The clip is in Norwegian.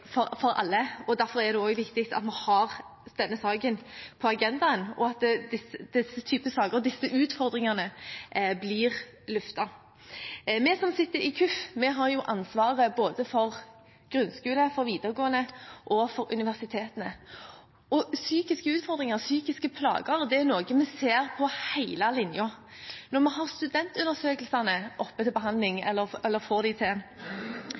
for alle. Derfor er det også viktig at vi har denne saken på agendaen, og at denne typen saker, disse utfordringene, blir løftet. Vi som sitter i KUF-komiteen, har ansvaret både for grunnskole, for videregående og for universitetene, og psykiske utfordringer, psykiske plager, er noe vi ser over hele linjen. Når vi har studentundersøkelser oppe til behandling, når det gjøres undersøkelser blant studentene, viser de